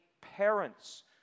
parents